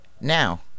now